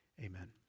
amen